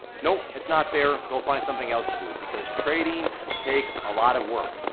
nope, it's not there, go find something else to do because trading takes a lot of work.